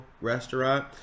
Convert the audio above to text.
restaurant